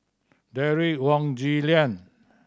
Derek Wong Zi Liang